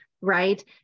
right